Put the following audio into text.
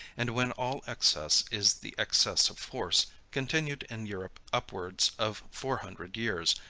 and when all excess is the excess of force, continued in europe upwards of four hundred years,